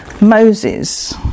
Moses